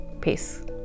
peace